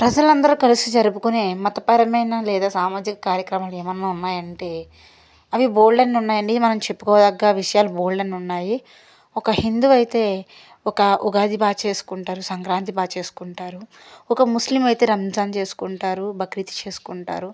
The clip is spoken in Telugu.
ప్రజలందరూ కలిసి జరుపుకునే మతపరమైన లేదా సామాజిక కార్యక్రమాలు ఏమన్నా ఉన్నాయంటే అవి బోలెడన్నీ ఉన్నాయండి మనం చెప్పుకోదగ్గ విషయాలు బోలెడన్నీ ఉన్నాయి ఒక హిందువు అయితే ఒక ఉగాది బాగా చేసుకుంటారు సంక్రాంతి బాగా చేసుకుంటారు ఒక ముస్లిం అయితే రంజాన్ చేసుకుంటారు బక్రీద్ చేసుకుంటారు